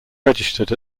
registered